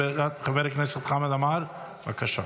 חבר הכנסת חמד עמאר, בבקשה.